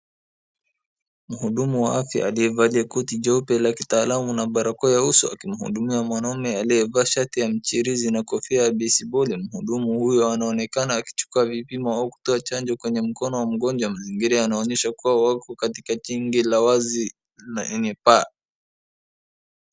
Mhudumu wa afaa aliyevalia koti jeupe la kitaaalmau na barakoa ya uso akimhudumia mwanaume aliyevaa shati ya mchirizi na kofia ya baseboli . Mhudumu huyu anaonekana akichukua vipimo au kutoa chanjo kwenye mkono wa mgonjwa. Mazingira yanaonyesha kuwa wako katika jenge la wazi na yenye paa.